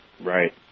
Right